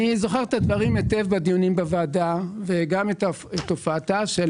אני זוכר היטב את הדברים שנאמרו בוועדה וגם את הופעתה של